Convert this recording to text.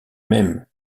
même